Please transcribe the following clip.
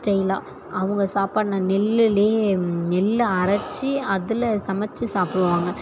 ஸ்டைல்லா அவங்க சாப்பாடு நான் நெல்லுலையே நெல்லை அரச்சு அதில் சமச்சு சாப்பிடுவாங்க